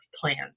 plans